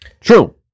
True